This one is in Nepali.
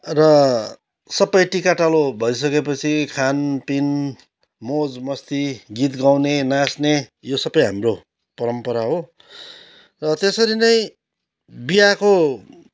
र सबै टिकाटालो भइसकेपछि खानपिन मौज मस्ती गीत गाउने नाच्ने यो सबै हाम्रो परम्परा हो र त्यसरी नै बिहाको